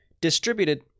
Distributed